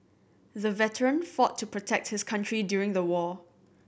the veteran fought to protect his country during the war